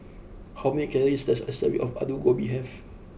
how many calories does a serving of Alu Gobi have